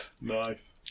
Nice